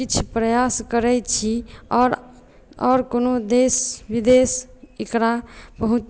किछु प्रयास करै छी आओर कोनो देश विदेश एकरा बहुत